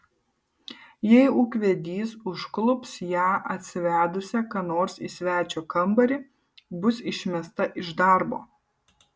jei ūkvedys užklups ją atsivedusią ką nors į svečio kambarį bus išmesta iš darbo